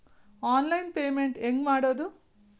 Online payment ಹೆಂಗ್ ಮಾಡೋದು?